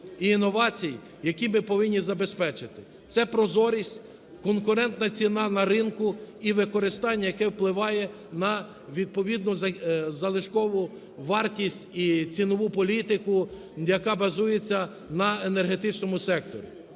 і інновацій, які ми повинні забезпечити. Це прозорість, конкурентна ціна на ринку і використання, яке впливає на відповідну залишкову вартість і цінову політику, яка базується на енергетичному секторі.